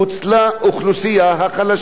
שמשלמת בבריאות שלה,